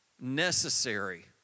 necessary